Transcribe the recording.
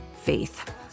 faith